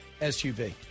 SUV